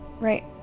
right